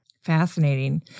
Fascinating